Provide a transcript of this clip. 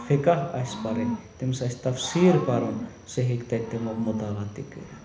فِکاہ آسہِ پَرٕنۍ تٔمِس آسہِ تَفسیٖر پَرُن سُہ ہیٚکہِ تَتہِ تِمو مُطالعہ تہِ کٔرِتھ